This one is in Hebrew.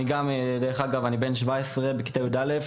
אני גם בן 17, נולדתי וגדלתי בירושלים.